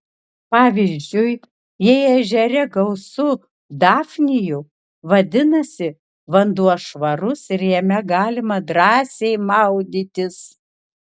pavyzdžiui jei ežere gausu dafnijų vadinasi vanduo švarus ir jame galima drąsiai maudytis